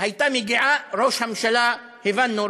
הייתה מגיעה: הבנו.